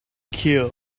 cure